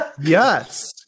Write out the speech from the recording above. Yes